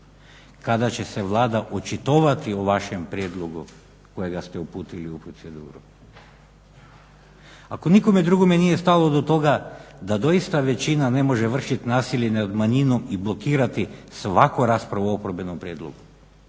kada će se Vlada očitovati o vašem prijedlogu kojega ste uputili u proceduru. Ako nikome drugome nije stalo do toga da doista većina ne može vršit nasilje nad manjinom i blokirati svaku raspravu o oporbenom prijedlogu